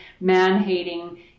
man-hating